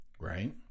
Right